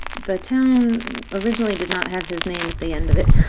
the town originally did not have his name at the end of it,